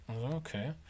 Okay